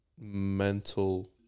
mental